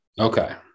Okay